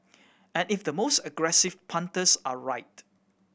and if the most aggressive punters are right